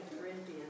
Corinthians